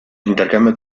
intercambio